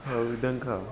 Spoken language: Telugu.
ఆ విధంగా